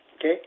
Okay